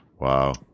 Wow